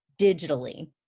digitally